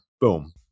Boom